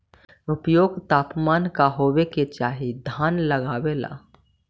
उपयुक्त तापमान का होबे के चाही धान लगावे ला?